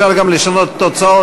אפשר גם לשנות את התוצאות,